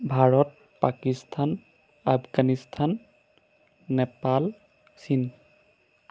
ভাৰত পাকিস্তান আফগানিস্তান নেপাল চীন